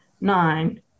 Nine